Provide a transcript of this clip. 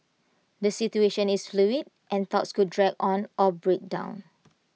the situation is fluid and talks could drag on or break down